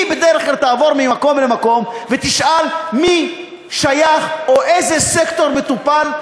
תעבור ממקום למקום ותשאל איזה סקטור מטופל,